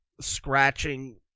scratching